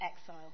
exile